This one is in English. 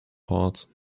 part